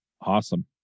Awesome